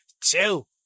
two